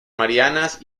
marianas